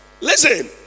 Listen